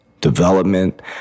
development